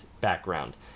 background